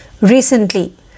recently